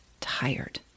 tired